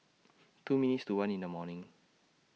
two minutes to one in The morning